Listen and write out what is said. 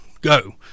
go